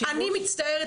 אני מצטערת,